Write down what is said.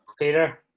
Peter